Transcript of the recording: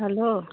hello